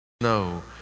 no